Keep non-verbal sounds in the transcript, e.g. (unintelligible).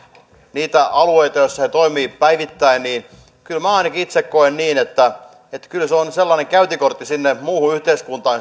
niitä alueita missä puolustusvoimat toimii päivittäin niin kyllä ainakin itse koen että se sotilasyhteisö siellä on sellainen käyntikortti sinne muuhun yhteiskuntaan (unintelligible)